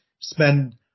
spend